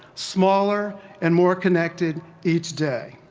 smaller and more connected each day.